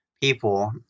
People